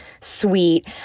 sweet